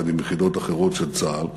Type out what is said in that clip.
יחד עם יחידות אחרות של צה"ל,